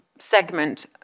segment